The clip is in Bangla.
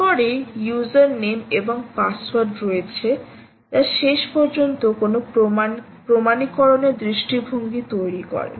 তারপরেই ইউসার নেম এবং পাসওয়ার্ড রয়েছে যা শেষ পর্যন্ত কোনও প্রমাণীকরণের দৃষ্টিভঙ্গি তৈরি করে